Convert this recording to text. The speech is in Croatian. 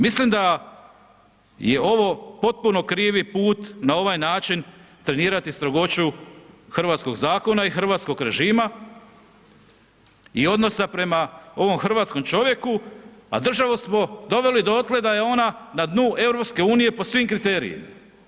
Mislim da je ovo potpuno krivi put na ovaj način trenirati strogoću hrvatskog zakona i hrvatskog režima i odnosa prema ovom hrvatskom čovjeku a državu smo doveli dotle da je ona na dnu EU po svim kriterijima.